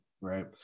right